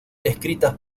escritas